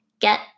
Get